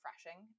refreshing